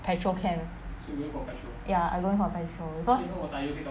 petro chem ya I going for petro because